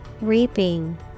Reaping